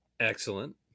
Excellent